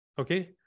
Okay